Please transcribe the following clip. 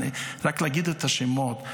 רק להגיד את השמות,